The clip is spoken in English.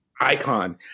Icon